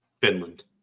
Finland